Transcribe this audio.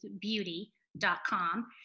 beauty.com